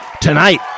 Tonight